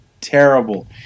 Terrible